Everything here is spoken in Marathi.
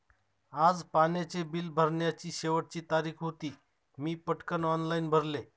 आज पाण्याचे बिल भरण्याची शेवटची तारीख होती, मी पटकन ऑनलाइन भरले